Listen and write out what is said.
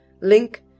link